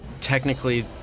technically